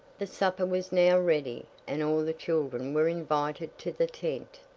the supper was now ready, and all the children were invited to the tent.